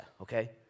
okay